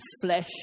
flesh